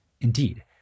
Indeed